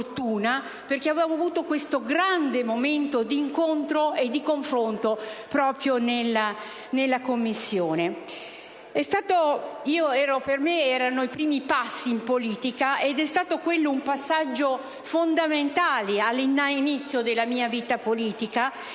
perché abbiamo vissuto questo grande momento d'incontro e confronto proprio in quella Commissione. Per me si trattava dei primi passi in politica, pertanto quello è stato un passaggio fondamentale all'inizio della mia vita politica: